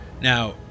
now